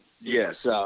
Yes